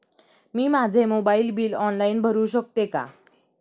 मी माझे mobile bill online भरू शकते का?